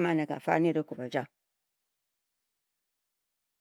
mbi eyhe.